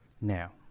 now